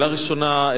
שאלה ראשונה,